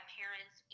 parents